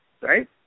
Right